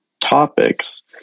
topics